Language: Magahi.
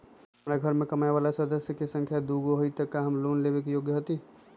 हमार घर मैं कमाए वाला सदस्य की संख्या दुगो हाई त हम लोन लेने में योग्य हती?